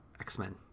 X-Men